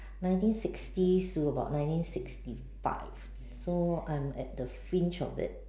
nineteen sixties to about nineteen sixty five so I'm at the fringe of it